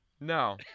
No